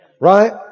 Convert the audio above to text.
Right